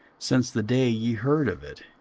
since the day ye heard of it,